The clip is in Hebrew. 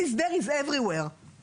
אז הם Once is there is everywhere (ברגע שזה שם זה בכל מקום),